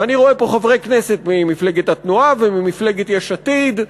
ואני רואה פה חברי כנסת ממפלגת התנועה וממפלגת יש עתיד.